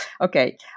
okay